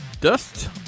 dust